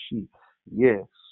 Yes